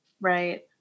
Right